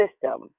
system